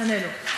נענה לו.